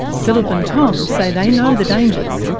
phillip and tom say they know the dangers,